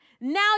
Now